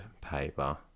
paper